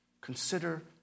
Consider